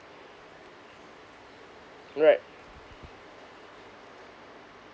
right